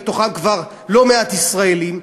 ובתוכם כבר לא מעט ישראלים,